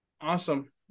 Awesome